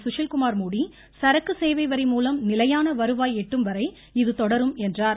சுஷில்குமார் மோடி சரக்கு சேவை வரி மூலம் நிலையான வருவாய் எட்டும் வரை இது தொடரும் என்றார்